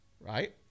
right